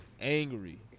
angry